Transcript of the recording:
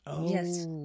Yes